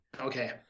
Okay